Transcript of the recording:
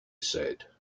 said